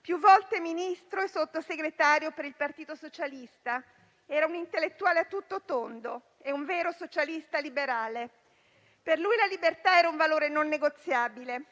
più volte ministro e sottosegretario per il Partito Socialista; era un intellettuale a tutto tondo e un vero socialista liberale. Per lui la libertà era un valore non negoziabile